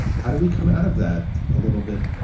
how do we come out of that a little bit,